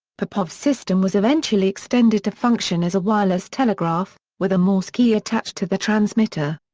popov's system was eventually extended to function as a wireless telegraph, with a morse key attached to the transmitter.